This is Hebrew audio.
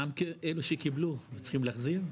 מה עם אלה שקיבלו וצריכים להחזיר?